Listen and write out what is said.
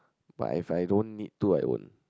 but if I don't need to I don't